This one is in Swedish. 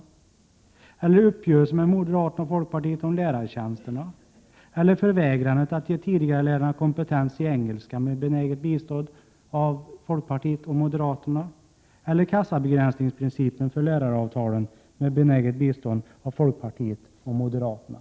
Han glömmer också bort uppgörelsen med moderaterna och folkpartiet om lärartjänsterna, vägran att ge tidigarelärarna kompetens i engelska, med benäget bistånd av folkpartiet och moderaterna, och kassabegränsningsprincipen i fråga om läraravtalen, med benäget bistånd av folkpartiet och moderaterna.